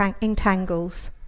entangles